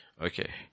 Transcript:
Okay